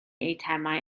eitemau